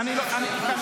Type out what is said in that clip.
--- קראת לו לסדר?